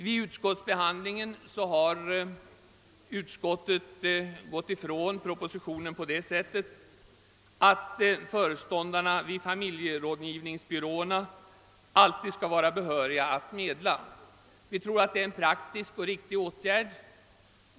Vid utskottsbehandlingen av denna fråga har utskottet avvikit från propositionen genom att föreslå att föreståndarna vid familjerådgivningsbyråerna alltid skall vara behöriga att medla. Vi tror att detta är en praktisk och riktig åtgärd.